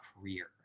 career